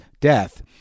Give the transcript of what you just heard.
death